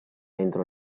entro